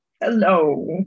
Hello